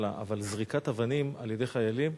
נזרקו אבנים על-ידי כוחות הביטחון,